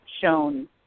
shown